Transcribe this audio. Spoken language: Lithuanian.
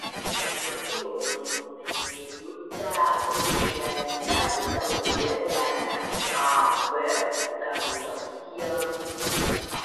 regioninių mėgėjų teatrų šventę utenoje remia ab utenos pienas